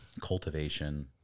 cultivation